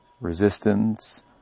resistance